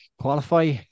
qualify